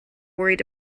worried